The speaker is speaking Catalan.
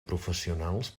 professionals